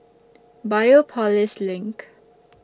Biopolis LINK